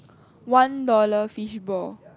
one dollar fish ball